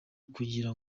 kugira